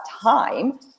time